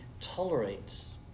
tolerates